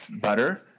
butter